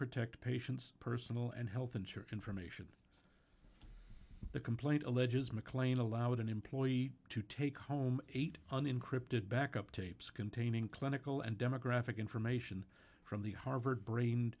protect patients personal and health insurance information the complaint alleges mclean allowed an employee to take home eight an encrypted backup tapes containing clinical and demographic information from the harvard brain